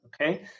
okay